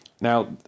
Now